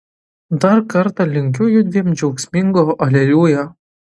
dar kartą linkiu judviem džiaugsmingo aleliuja